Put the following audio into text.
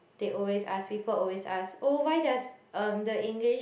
they always ask people always ask oh why does um the English